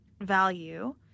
value